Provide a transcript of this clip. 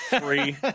free